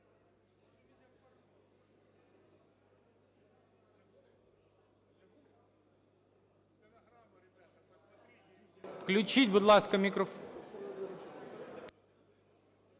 Включіть, будь ласка, мікрофон.